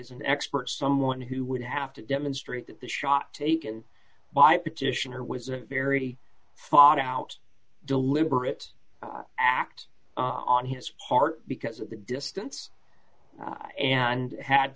as an expert someone who would have to demonstrate that the shot taken by petitioner was a very thought out deliberate act on his part because of the distance and had